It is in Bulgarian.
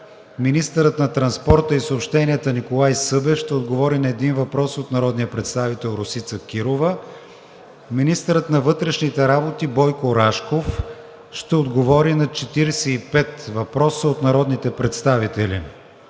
Министърът на транспорта и съобщенията Николай Събев ще отговори на един въпрос от народния представител Росица Кирова. 9. Министърът на вътрешните работи Бойко Рашков ще отговори на 45 въпроса от народните представители